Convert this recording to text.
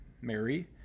Mary